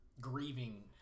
grieving